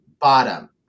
Bottom